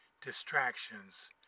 distractions